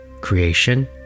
creation